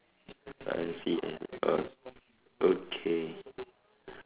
I see I see oh okay